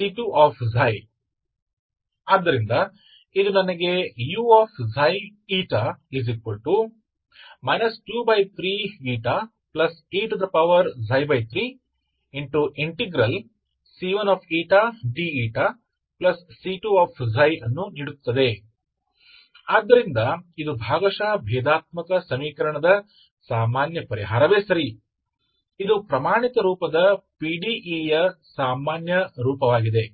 वास्तव में आप सही कर सकते हैं इसलिए आप दोनों पक्षों को d के संबंध में एकीकृत करते हैं तो ∂ud 23C1e3dηC2 तो यह मुझे देगा uξη 23ηe3C1dC2 तो यह पार्शियल डिफरेंशियल समीकरण का आपका सामान्य समाधान है ठीक है यह मानक रूप के पीडीई का सामान्य समाधान है